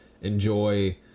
enjoy